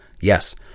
Yes